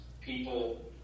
people